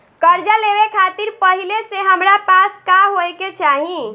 कर्जा लेवे खातिर पहिले से हमरा पास का होए के चाही?